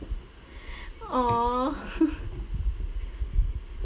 !aww!